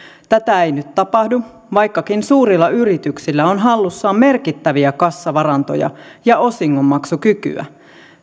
tätä ei nyt tapahdu vaikkakin suurilla yrityksillä on hallussaan merkittäviä kassavarantoja ja osingonmaksukykyä